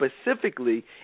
specifically